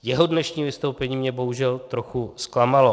Jeho dnešní vystoupení mě bohužel trochu zklamalo.